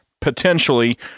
potentially